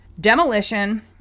demolition